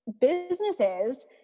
businesses